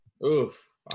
Oof